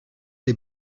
des